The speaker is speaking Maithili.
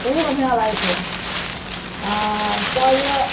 खूब बढ़िआँ लागय छै आओर तब